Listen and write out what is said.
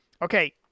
Okay